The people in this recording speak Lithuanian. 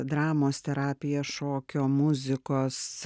dramos terapiją šokio muzikos